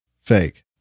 fake